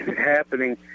happening